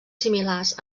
similars